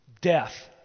Death